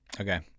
Okay